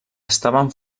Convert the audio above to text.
estaven